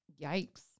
Yikes